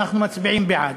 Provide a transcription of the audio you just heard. אנחנו מצביעים בעד.